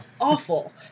awful